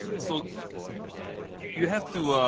so you have to